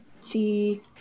see